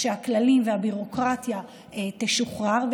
שהכללים והביורוקרטיה ישוחררו,